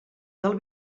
del